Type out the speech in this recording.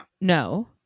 No